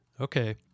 Okay